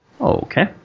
Okay